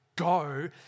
Go